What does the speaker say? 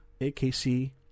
AKC